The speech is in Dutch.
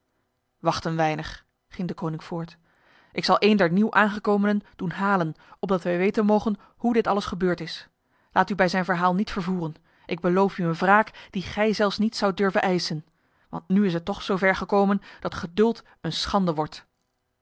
een weinig ging deconinck voort ik zal een der nieuw aangekomenen doen halen opdat wij weten mogen hoe dit alles gebeurd is laat u bij zijn verhaal niet vervoeren ik beloof u een wraak die gij zelfs niet zoudt durven eisen want nu is het toch zover gekomen dat geduld een schande wordt